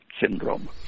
syndrome